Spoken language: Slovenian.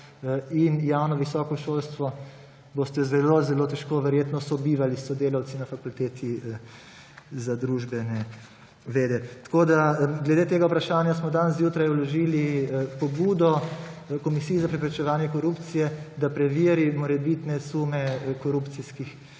in javno visoko šolstvo«, boste zelo zelo težko verjetno sobivali s sodelavci na Fakulteti za družbene vede. Tako smo glede tega vprašanja danes zjutraj vložili pobudo Komisiji za preprečevanje korupcije, da preveri morebitne sume korupcijskih